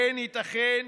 כן, ייתכן.